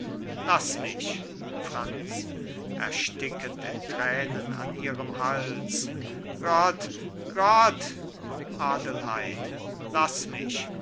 laß mich franz erstickend in tränen an ihrem hals gott gott adelheid laß mich